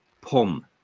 pom